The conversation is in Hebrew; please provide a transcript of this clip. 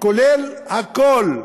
כולל הכול,